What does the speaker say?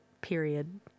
period